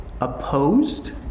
opposed